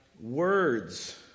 words